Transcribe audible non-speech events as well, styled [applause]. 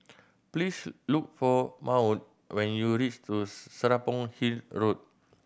please look for Maud when you [unintelligible] Serapong Hill Road